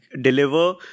deliver